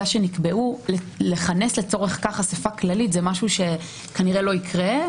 שנקבעו - לכנס לצורך כך אסיפה כללית זה משהו שכנראה לא יקרה,